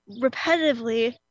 repetitively